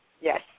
yes